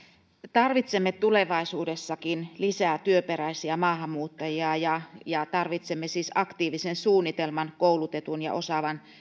tarvitsemme tulevaisuudessakin lisää työperäisiä maahanmuuttajia ja ja tarvitsemme siis aktiivisen suunnitelman koulutetun ja osaavan